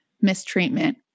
mistreatment